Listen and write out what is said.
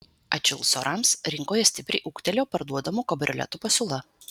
atšilus orams rinkoje stipriai ūgtelėjo parduodamų kabrioletų pasiūla